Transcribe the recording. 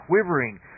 quivering